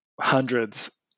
hundreds